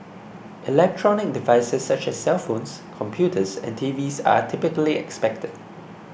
electronic devices such as cellphones computers and TVs are typically expected